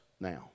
now